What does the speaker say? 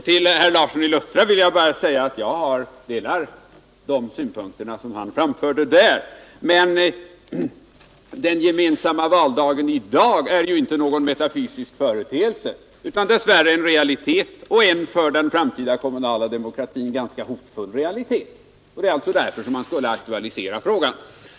Till herr Larsson i Luttra vill jag säga att jag delar de synpunkter han där framförde, men den gemensamma valdagen är i dag inte någon metafysisk företeelse utan dess värre en realitet och en för den kommunala demokratin ganska hotfull realitet. Det var alltså därför som man nu skulle aktualisera frågan.